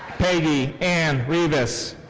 peggy anne reevis.